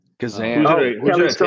Kazan